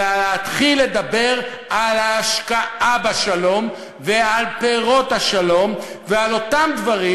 אלא להתחיל לדבר על ההשקעה בשלום ועל פירות השלום ועל אותם דברים,